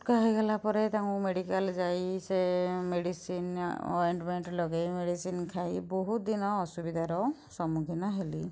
ଫୋଟକା ହୋଇଗଲା ପରେ ତାଙ୍କୁ ମୁଁ ମେଡ଼ିକାଲ୍ ଯାଇ ସେ ମେଡ଼ିସିନ୍ ଅଏଣ୍ଟମେଣ୍ଟ୍ ଲଗେଇ ମେଡ଼ିସିନ୍ ଖାଇ ବହୁତଦିନ ଅସୁବିଧାର ସମ୍ମୁଖୀନ ହେଲି